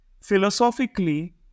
Philosophically